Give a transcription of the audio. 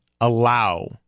allow